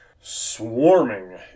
swarming